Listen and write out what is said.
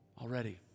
already